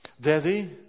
Daddy